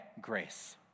grace